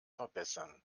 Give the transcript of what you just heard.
verbessern